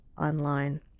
online